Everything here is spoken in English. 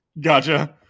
Gotcha